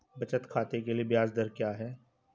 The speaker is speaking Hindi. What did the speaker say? बचत खाते के लिए ब्याज दर क्या है?